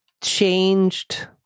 changed